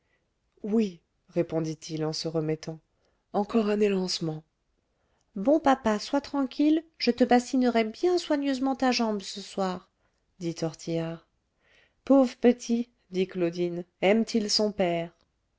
oui répondit-il en se remettant encore un élancement bon papa sois tranquille je te bassinerai bien soigneusement ta jambe ce soir dit tortillard pauvre petit dit claudine aime-t-il son père